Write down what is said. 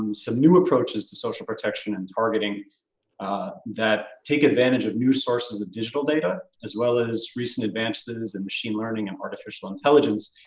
and some new approaches to social protection and targeting that take advantage of new sources of digital data, as well as recent advances in machine learning and artificial intelligence,